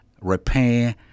repair